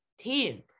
team